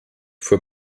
fuhr